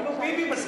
אפילו ביבי מסכים.